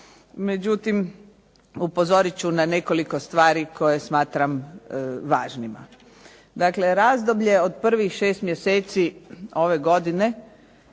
međutim upozorit ću na nekoliko stvari koje smatram važnima. Dakle, razdoblje od prvih šest mjeseci ove godine